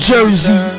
Jersey